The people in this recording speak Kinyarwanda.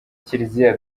kiliziya